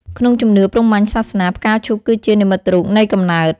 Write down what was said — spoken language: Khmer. ក្នុងជំនឿព្រហ្មញ្ញសាសនា ផ្កាឈូកគឺជា និមិត្តរូបនៃកំណើត។